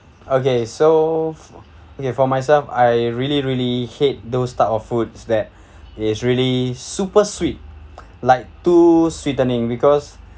okay so fo~ okay for myself I really really hate those type of foods that is really super sweet like too sweetening because